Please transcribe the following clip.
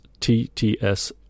TTS